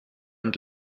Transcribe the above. und